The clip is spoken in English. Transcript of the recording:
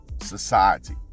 Society